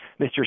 Mr